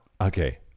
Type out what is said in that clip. Okay